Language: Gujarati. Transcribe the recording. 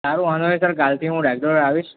સારું વાંધો નઇ સર કાલથી હું રેગ્યુલર આવીશ